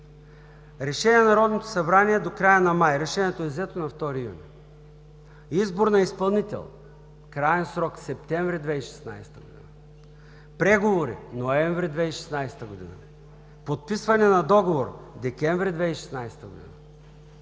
„Решение на Народното събрание до края на май.“ Решението е взето на 2 юни. „Избор на изпълнител – краен срок септември 2016 г. Преговори – ноември 2016 г. Подписване на договор – декември 2016 г.“